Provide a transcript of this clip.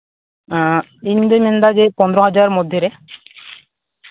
ᱤᱧᱫᱩᱧ ᱢᱮᱱ ᱮᱫᱟ ᱡᱮ ᱯᱚᱱᱨᱚ ᱦᱟᱡᱟᱨ ᱢᱚᱫᱽᱫᱷᱮ ᱨᱮ